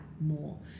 more